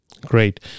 Great